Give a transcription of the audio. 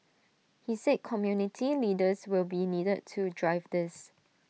he said community leaders will be needed to drive this